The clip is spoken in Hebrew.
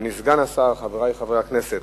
אדוני סגן השר, חברי חברי הכנסת,